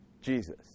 Jesus